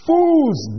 Fools